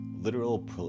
literal